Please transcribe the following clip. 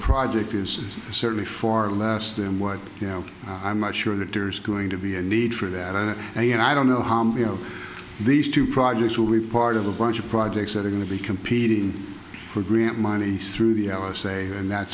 project is certainly far less than what you know i'm not sure that there's going to be a need for that and i don't know how you know these two projects will be part of a bunch of projects that are going to be competing for grant money through the hour say and that